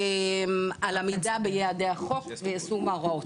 על עמידה ביעדי החוק ויישום ההוראות.